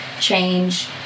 change